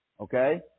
Okay